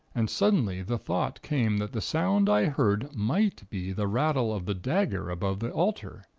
and suddenly the thought came that the sound i heard might be the rattle of the dagger above the altar.